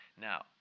Now